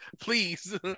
please